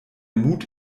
mut